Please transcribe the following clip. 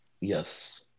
Yes